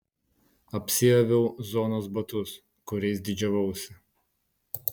apsiaviau zonos batus kuriais didžiavausi